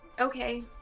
Okay